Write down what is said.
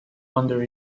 under